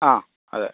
ആ അതെ